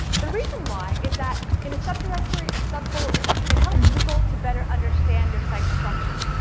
the reason why is that in a sub-directory or sub-folder, it helps google to better understand your site's structure.